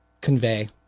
convey